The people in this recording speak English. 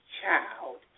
child